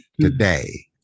Today